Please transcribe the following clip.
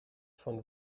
von